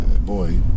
boy